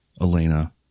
Elena